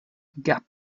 gap